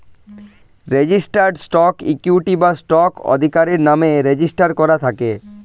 registered stock equity বা stock আধিকারির নামে রেজিস্টার করা থাকে